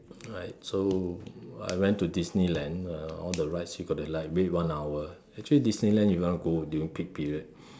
right so I went to Disneyland uh all the rides you got like wait one hour actually Disneyland you want to go during peak period